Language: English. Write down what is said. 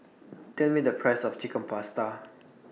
Tell Me The Price of Chicken Pasta